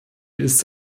ist